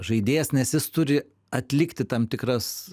žaidėjas nes jis turi atlikti tam tikras